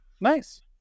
nice